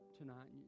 tonight